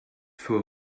für